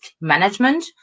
management